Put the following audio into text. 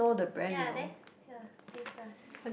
yea there here DayPlus